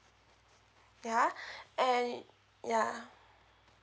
ya and ya